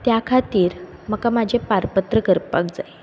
त्या खातीर म्हाका म्हजे पारपत्र करपा जाय